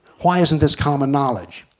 why isn't this common knowledge?